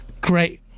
great